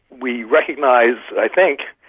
we recognise, i think,